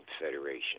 Federation